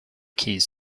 keys